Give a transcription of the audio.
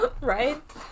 Right